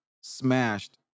smashed